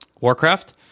Warcraft